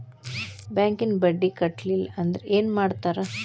ಬ್ಯಾಂಕಿನ ಬಡ್ಡಿ ಕಟ್ಟಲಿಲ್ಲ ಅಂದ್ರೆ ಏನ್ ಮಾಡ್ತಾರ?